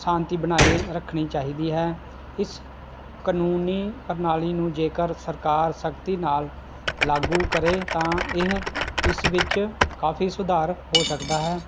ਸ਼ਾਂਤੀ ਬਣਾਈ ਰੱਖਣੀ ਚਾਹੀਦੀ ਹੈ ਇਸ ਕਾਨੂੰਨੀ ਪ੍ਰਣਾਲੀ ਨੂੰ ਜੇਕਰ ਸਰਕਾਰ ਸਖਤੀ ਨਾਲ ਲਾਗੂ ਕਰੇ ਤਾਂ ਇਹ ਇਸ ਵਿੱਚ ਕਾਫੀ ਸੁਧਾਰ ਹੋ ਸਕਦਾ ਹੈ